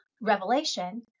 revelation